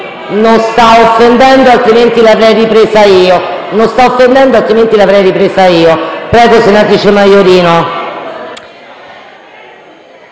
Non sta offendendo, altrimenti l'avrei ripresa io. Prego, senatrice Maiorino.